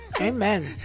Amen